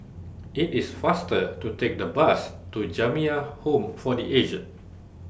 IT IS faster to Take The Bus to Jamiyah Home For The Aged